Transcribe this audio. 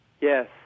Yes